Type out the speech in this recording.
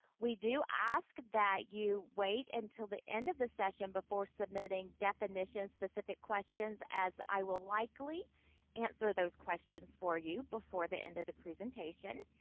we do ask that you wait until the end of the session before submitting definition specific questions, as i will likely answer those questions for you before the end of the presentation.